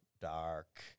dark